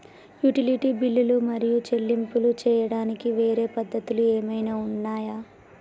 Utility బిల్లులు మరియు చెల్లింపులు చేయడానికి వేరే పద్ధతులు ఏమైనా ఉన్నాయా?